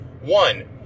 one